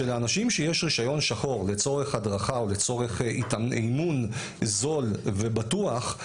שלאנשים שיש להם רישיון שחור לצורך הדרכה או לצורך אימון זול ובטוח,